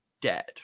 dead